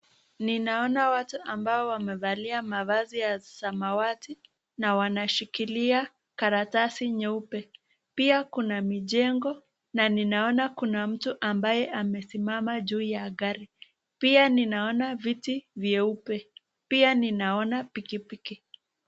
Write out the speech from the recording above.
Ninaona watu ambao wamevalia mavazi ya samawati na wanashikilia karatasi nyeupe. Pia kuna mijengo. Na ninaona kuna mtu ambaye amesimama juu ya gari. Pia ninaona viti vyeupe. Pia ninaona pikipiki.